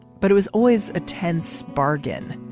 but it was always a tense bargain.